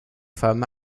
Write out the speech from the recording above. femme